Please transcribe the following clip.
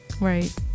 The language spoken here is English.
Right